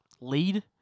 lead